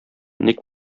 ник